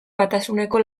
batasuneko